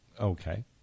Okay